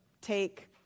take